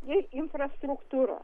ir infrastruktūra